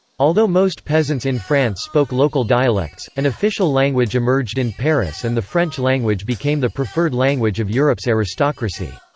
although most peasants in france spoke local dialects, an official language emerged in paris and the french language became the preferred language of europe's aristocracy.